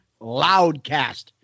Loudcast